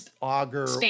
auger